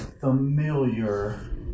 familiar